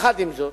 עם זאת,